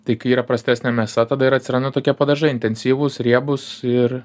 tai kai yra prastesnė mėsa tada ir atsiranda tokie padažai intensyvūs riebūs ir